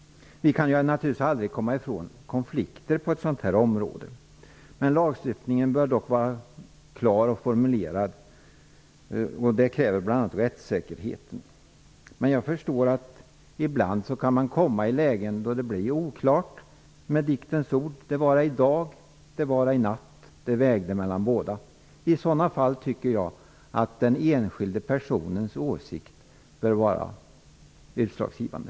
Vi kan naturligtvis inte komma ifrån konflikter på detta område. Lagstiftningen bör dock vara klart formulerad. Det kräver bl.a. rättssäkerheten. Men jag förstår att man ibland kan hamna i lägen då det blir oklart -- med diktens ord: det vara i natt det vägde mellan båda. I de fallen tycker jag att den enskilde personens åsikt bör vara utslagsgivande.